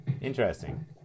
Interesting